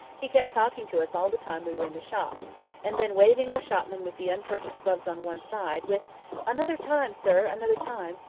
he kept talking to us all the time we were in the shop and then waving the shopman with the unpurchased gloves on one side, with another time, sir! another time!